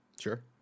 Sure